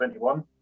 21